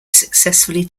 successfully